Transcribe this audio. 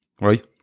right